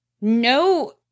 No